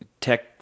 tech